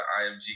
IMG